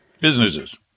Businesses